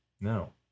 No